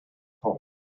home